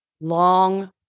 long